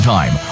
Time